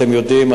אתם יודעים,